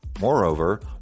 Moreover